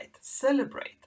celebrate